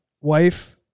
wife